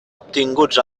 obtinguts